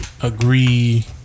agree